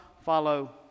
follow